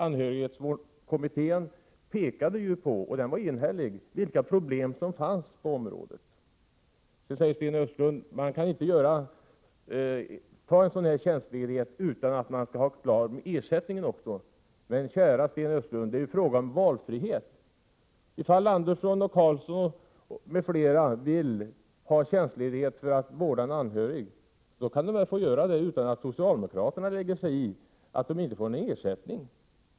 Anhörigvårdskommittén — som var enhällig — pekade ju på vilka problem som fanns på området. Sten Östlund säger: Man kan inte ta en sådan tjänstledighet utan att också ha ersättningen klar. Men, kära Sten Östlund, det är ju fråga om valfrihet! Ifall Andersson, Karlsson m.fl. vill ha tjänstledighet för att vårda en anhörig, kan de väl få göra det utan att socialdemokraterna lägger sig i att de inte får någon ersättning?